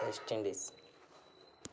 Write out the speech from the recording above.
west Indies